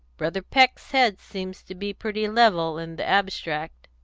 brother peck's head seems to be pretty level, in the abstract.